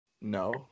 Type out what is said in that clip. No